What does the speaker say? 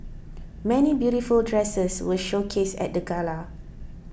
many beautiful dresses were showcased at the gala